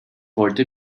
wollte